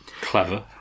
Clever